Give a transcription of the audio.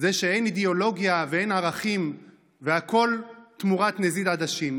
שאין אידיאולוגיה ואין ערכים והכול תמורת נזיד עדשים.